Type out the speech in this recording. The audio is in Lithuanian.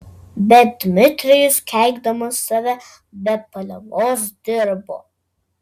bet dmitrijus keikdamas save be paliovos dirbo